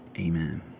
Amen